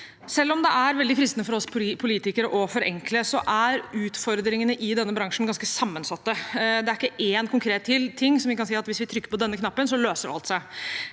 Selv om det er veldig fristende for oss politikere å forenkle, er utfordringene i denne bransjen ganske sammensatte. Det er ikke én konkret ting der vi kan si at hvis vi trykker på denne knappen, så løser alt seg.